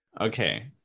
Okay